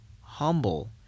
humble